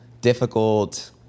difficult